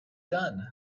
done